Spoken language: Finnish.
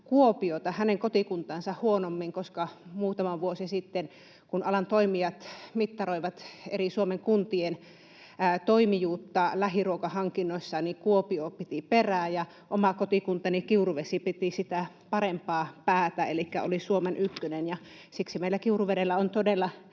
Kuopiota, hänen kotikuntaansa, huonommin, koska muutama vuosi sitten, kun alan toimijat mittaroivat eri Suomen kuntien toimijuutta lähiruokahankinnoissa, Kuopio piti perää ja oma kotikuntani Kiuruvesi piti sitä parempaa päätä elikkä oli Suomen ykkönen, ja siksi meillä Kiuruvedellä on todella